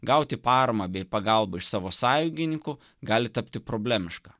gauti paramą bei pagalbą iš savo sąjungininkų gali tapti problemiška